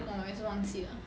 我也是忘记了